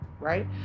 right